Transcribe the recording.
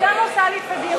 את סתם עושה לי פדיחות.